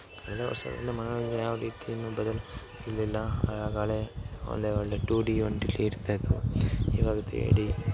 ಕಳೆದ ವರ್ಷಗಳಿಂದ ಮನೋರಂಜನೆ ಯಾವ ರೀತಿಯನ್ನು ಬದಲು ಇಲ್ಲಿಲ್ಲ ಆಗ ಹಳೇ ಒಳ್ಳೆಯ ಒಳ್ಳೆಯ ಟು ಡಿ ಇರ್ತಾಯಿತ್ತು ಇವಾಗ ತ್ರಿ ಡಿ